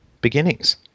beginnings